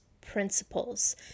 principles